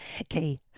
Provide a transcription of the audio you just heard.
Okay